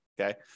okay